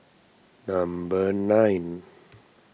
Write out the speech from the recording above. number nine